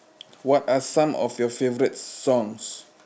what are some of your favorite songs